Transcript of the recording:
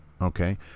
Okay